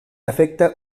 efecte